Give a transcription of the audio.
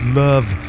love